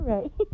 Right